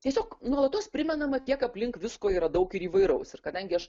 tiesiog nuolatos primenama kiek aplink visko yra daug ir įvairaus ir kadangi aš